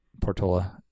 Portola